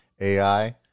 AI